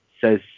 says